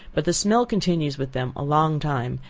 but the smell continues with them a long time,